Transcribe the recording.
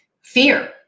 fear